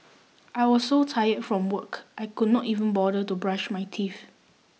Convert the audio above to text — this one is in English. I was so tired from work I could not even bother to brush my teeth